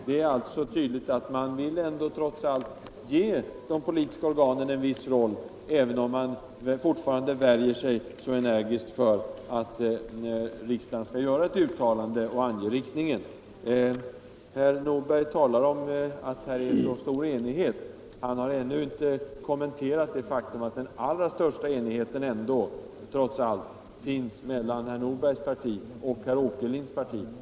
Det är alltså tydligt att man trots allt vill ge de politiska organen en viss roll, även om man fortfarande energiskt värjer sig mot att riksdagen skall göra ett uttalande och ange riktningen. Herr Nordberg talar om att här är så stor enighet. Han har ännu inte kommenterat det faktum att den allra största enigheten ändå finns mellan herr Nordbergs parti och herr Åkerlinds parti.